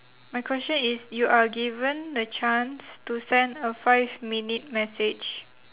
my question is you are given the chance to send a five minute message